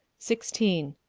sixteen.